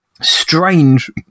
strange